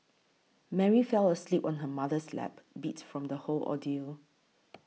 Mary fell asleep on her mother's lap beat from the whole ordeal